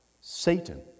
Satan